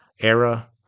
era